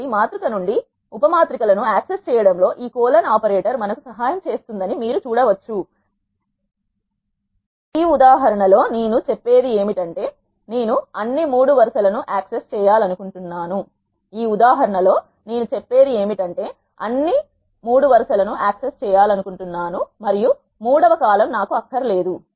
కాబట్టి మాతృక నుండి ఉప మాత్రిక లను యాక్సెస్ చేయడంలో ఈ ఆపరేటర్ మాకు సహాయం చేస్తుందని మీరు చూడవచ్చు ఈ ఉదాహరణ లో నేను చెప్పేది ఏమిటంటే నేను అన్ని3 వరుస లను యాక్సెస్ చేయాలనుకుంటున్నాను మరియు మూడవ కాలమ్ నాకు అక్కర్లేదు